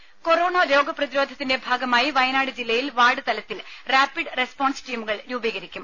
രുമ കൊറോണ രോഗപ്രതിരോധത്തിന്റെ ഭാഗമായി വയനാട് ജില്ലയിൽ വാർഡ് തലത്തിൽ റാപിഡ് റെസ്പോൺസ് ടീമുകൾ രൂപീകരിക്കും